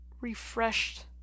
refreshed